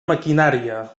maquinària